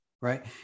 right